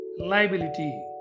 liability